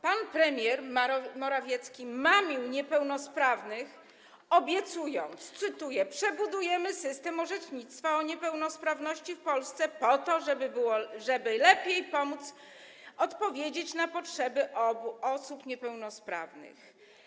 Pan premier Morawiecki mamił niepełnosprawnych, obiecując, cytuję: Przebudujemy system orzecznictwa o niepełnosprawności w Polsce po to, żeby lepiej pomóc odpowiedzieć na potrzeby osób niepełnosprawnych.